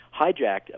hijacked